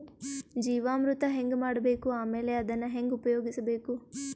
ಜೀವಾಮೃತ ಹೆಂಗ ಮಾಡಬೇಕು ಆಮೇಲೆ ಅದನ್ನ ಹೆಂಗ ಉಪಯೋಗಿಸಬೇಕು?